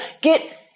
Get